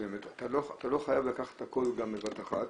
אתה לא חייב לקחת הכול בבת אחת.